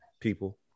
people